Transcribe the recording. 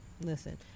Listen